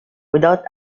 without